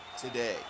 today